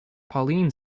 pauline